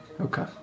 Okay